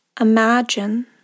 imagine